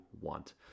want